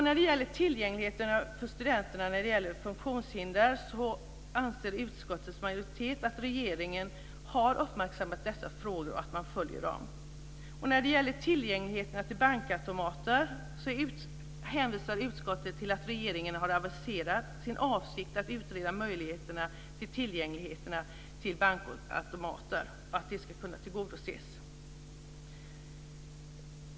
När det gäller tillgängligheten för studenter med funktionshinder anser utskottets majoritet att regeringen har uppmärksammat dessa frågor och att man följer dem. Utskottet hänvisar till att regeringen har aviserat sin avsikt att utreda hur tillgängligheten till bl.a. bankautomater ska kunna tillgodoses.